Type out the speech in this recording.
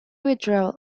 withdrawal